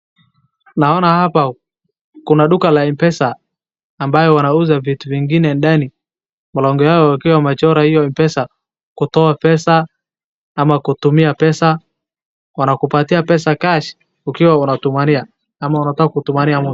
Naona hapa kuna duka la Mpesa ambayo wanauza vitu vingine ndani. Mlango yao ikiwa wamechora hiyo Mpesa. Kutoa pesa ama kutumia pesa wanakupatia pesa cash ukiwa unatumania ama unataka kutumania.